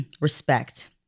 Respect